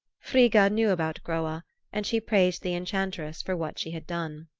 frigga knew about groa and she praised the enchantress for what she had done.